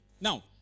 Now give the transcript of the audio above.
Now